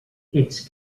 its